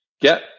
get